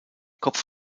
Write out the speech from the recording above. kopf